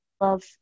love